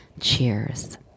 cheers